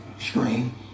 screen